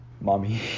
Mommy